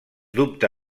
dubte